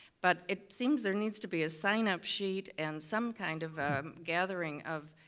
but it seems there needs to be a sign-up sheet and some kind of a gathering of